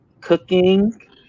cooking